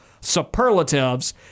superlatives